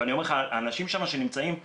האנשים שנמצאים שם,